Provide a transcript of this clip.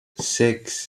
six